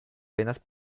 venas